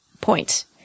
point